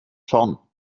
vorn